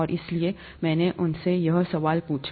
और इसलिए मैंने उनसे यह सवाल पूछा